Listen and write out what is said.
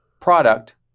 product